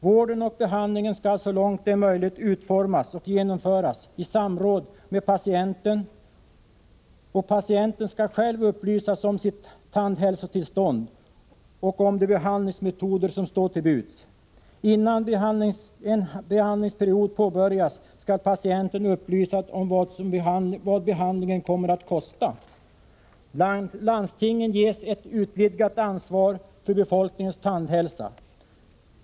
Vården och behandlingen skall så långt det är möjligt utformas och genomföras i samråd med patienten, och patienten skall upplysas om sitt tandhälsotillstånd och om de behandlingsmetoder som står till buds. Innan en behandlingsperiod påbörjas, skall patienten upplysas om vad behandlingen kan komma att kosta. Landstingen ges ett utvidgat ansvar för befolkningens tandhälsa.